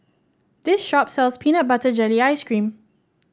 this shop sells Peanut Butter Jelly Ice cream